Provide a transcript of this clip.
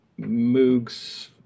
Moogs